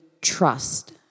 trust